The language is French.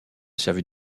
servi